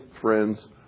friends